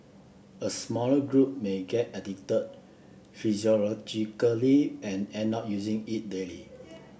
a smaller group may get addicted physiologically and end up using it daily